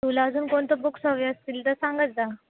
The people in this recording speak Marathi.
तुला अजून कोणतं बुक्स हवे असतील तर सांगत जा